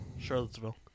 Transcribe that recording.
Charlottesville